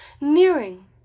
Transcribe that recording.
nearing